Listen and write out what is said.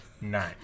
Nine